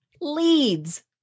leads